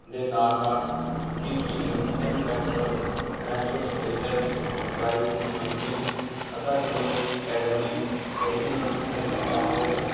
ਦੇ ਨਾਲ਼ ਨਾਲ਼ ਕੀ ਤੁਸੀਂ ਤਿੰਨ packet Fresho signature dry fruit munchies ਅੱਧਾ kilo Cadbury original drink chocolate